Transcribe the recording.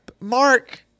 Mark